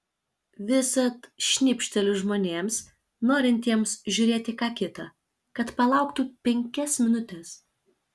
visad šnibžteliu žmonėms norintiems žiūrėti ką kita kad palauktų penkias minutes